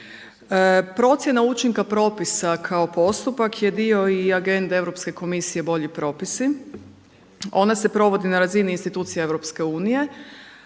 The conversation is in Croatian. Procjena učinka propisa kao postupak je dio i agende Europske komisije bolji propisi. Ona se provodi na razini institucija EU ali